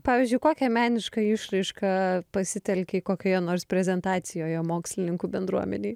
pavyzdžiui kokią menišką išraišką pasitelkei kokioje nors prezentacijoje mokslininkų bendruomenėj